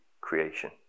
creation